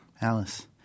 Alice